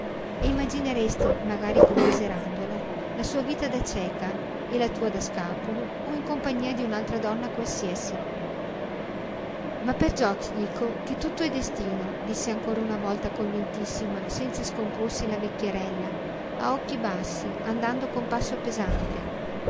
e immagineresti magari commiserandola la sua vita da cieca e la tua da scapolo o in compagnia di un'altra donna qualsiasi ma perciò ti dico che tutto è destino disse ancora una volta convintissima senza scomporsi la vecchierella a occhi bassi andando con passo pesante